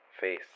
face